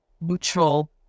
neutral